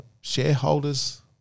shareholders